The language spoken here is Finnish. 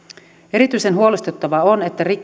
erityisen huolestuttavaa on että